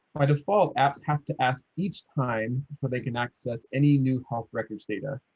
by default apps have to ask each time, for they can access any new health records data,